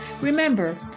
Remember